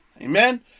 Amen